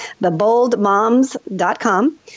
TheBoldMoms.com